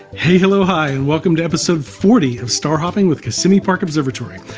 hey hello hi and welcome to episode forty of star hopping with kissimmee park observatory!